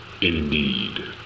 Indeed